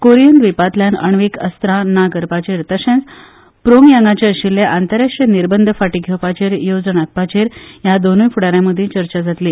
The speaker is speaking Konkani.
कोरियन द्विपांतल्यान अण्वीक शस्त्रां ना करपाचेर तशेंच प्रोंगयांगाचे आशिल्ले आंतरराष्ट्रीय निर्बंध फाटीं घेवपाचेर येवजण आंखपाचेर ह्या दोनूय फुडाऱ्यां मदीं चर्चा जातली